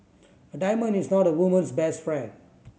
a diamond is not a woman's best friend